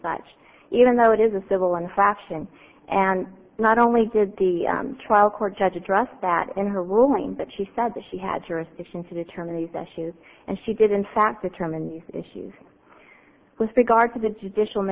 such even though it is a civil infraction and not only did the trial court judge addressed that in her ruling but she said that she had jurisdiction to determine these issues and she did in fact determine the issues with regard to the judicial